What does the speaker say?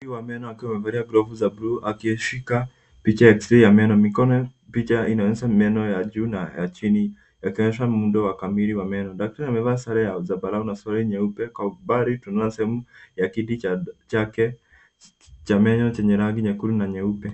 ...wa meno akiwa amevalia glovu za bluu akishika picha ya x-ray ya meno mikono. Picha inaonyesha ni meno ya juu na ya chini yakionyesha muundo wa kamili wa meno. Dakatari amevaa sare za zambarau na sura nyeupe. Kwa umbali tunaona sehemu ya kiti chake cha meno chenye rangi nyekundu na nyeupe.